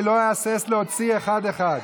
אני לא אהסס להוציא אחד אחד.